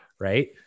Right